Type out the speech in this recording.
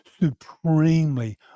supremely